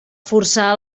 forçar